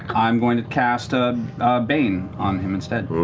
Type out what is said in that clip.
i'm going to cast ah bane on him instead.